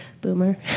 Boomer